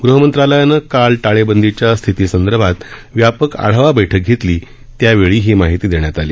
गृह मंत्रालयानं काल टाळेबंदीच्या स्थितीसंदर्भात व्यापक आढावा बैठक घेतली त्यावेळी ही माहिती देण्यात आली